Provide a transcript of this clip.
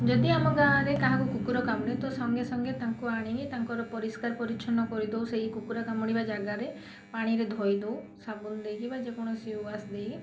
ଯଦି ଆମ ଗାଁରେ କାହାକୁ କୁକୁର କାମୁଡ଼େ ତ ସଙ୍ଗେ ସଙ୍ଗେ ତାଙ୍କୁ ଆଣିକି ତାଙ୍କର ପରିଷ୍କାର ପରିଚ୍ଛନ୍ନ କରିଦେଉ ସେଇ କୁକୁର କାମୁଡ଼ିବା ଜାଗାରେ ପାଣିରେ ଧୋଇ ଦେଉ ସାବୁନ ଦେଇକି ବା ଯେ କୌଣସି ୱାସ୍ ଦେଇକି